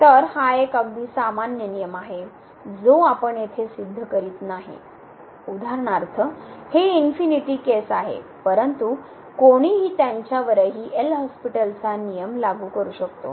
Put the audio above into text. तर हा एक अगदी सामान्य नियम आहे जो आपण येथे सिद्ध करीत नाही उदाहरणार्थ हे इनफीनिटी केस आहे परंतु कोणीही त्यांच्यावरही एल हॉस्पिटलचा नियम लागू करू शकतो